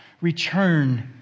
return